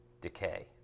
decay